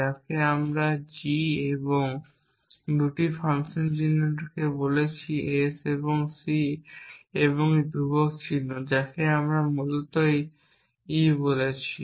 যাকে আমরা জি এবং দুটি ফাংশন চিহ্নকে বলেছি s এবং c এবং একটি ধ্রুবক চিহ্ন যাকে আমরা মূলত ই বলেছি